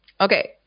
Okay